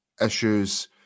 issues